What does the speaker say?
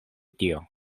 tio